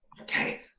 Okay